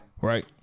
Right